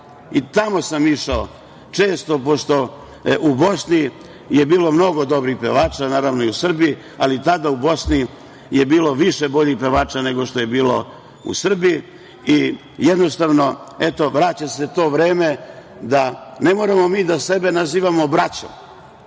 Tamo sam išao često, pošto je u Bosni bilo mnogo dobrih pevača, naravno i u Srbiji, ali tada je u Bosni bilo više boljih pevača nego što je bilo u Srbiji. Jednostavno, vraća se to vreme. Ne moramo mi sebe da nazivamo braćom,